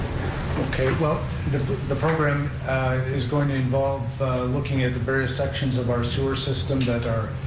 okay, well the program is going to involve looking at the various sections of our sewer system that are,